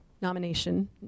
nomination